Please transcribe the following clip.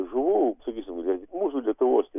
žuvų sakysim vien tik mūsų lietuvos